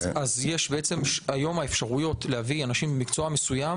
היום, האפשרויות להביא אנשים ממקצוע מסוים